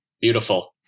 Beautiful